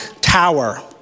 tower